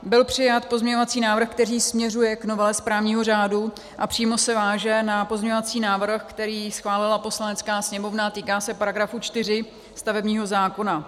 Byl přijat pozměňovací návrh, který směřuje k novele správního řádu a přímo se váže na pozměňovací návrh, který schválila Poslanecká sněmovna, a týká se § 4 stavebního zákona.